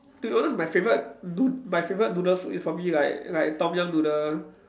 to be honest my favourite nood~ my favourite noodle soup is probably like like Tom-Yum noodle